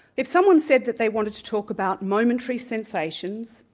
if someone said that they wanted to talk about momentary sensation,